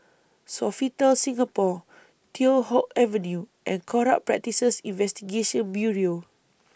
Sofitel Singapore Teow Hock Avenue and Corrupt Practices Investigation Bureau